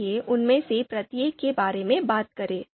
आइए उनमें से प्रत्येक के बारे में बात करें